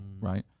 right